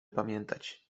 pamiętać